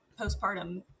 postpartum